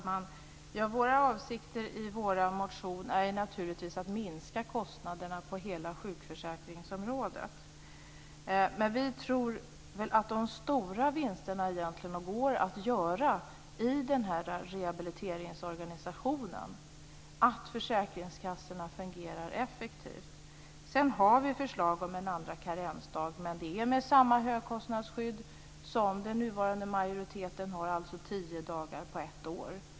Fru talman! Vår avsikt i motionen är naturligtvis att minska kostnaderna på hela sjukförsäkringsområdet. Vi tror att den stora vinsten går att göra i rehabiliteringsorganisationen, att försäkringskassorna fungerar effektivt. Sedan har vi förslag om en andra karensdag, men det är med samma högkostnadsskydd som den nuvarande majoriteten har, dvs. tio dagar på ett år.